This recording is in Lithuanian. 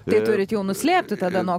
tai turit jau nuslėpti tada nuo